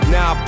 Now